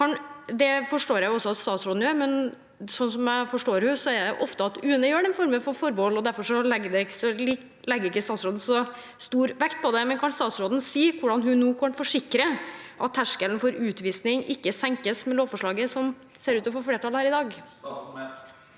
Det forstår jeg at statsråden også er, men slik jeg forstår henne, er det ofte at UNE har den formen for forbehold, og derfor legger ikke statsråden så stor vekt på det. Kan statsråden si hvordan hun nå kan forsikre at terskelen for utvisning ikke senkes med lovforslaget som ser ut til å få flertall her i dag?